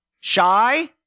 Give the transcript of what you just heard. shy